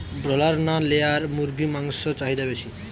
Broiler না layer মুরগির মাংসর চাহিদা বেশি?